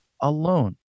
alone